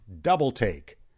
double-take